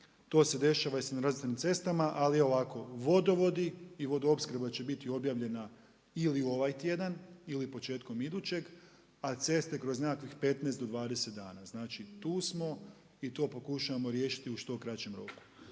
To se dešava i s nerazvrstanim cestama ali ovako, vodovodi i vodoopskrba će biti objavljena ili ovaj tjedan ili početkom idućeg a ceste kroz nekakvih 15 kroz 20 dana. Znači tu smo i to pokušavamo riješiti u što kraćem roku.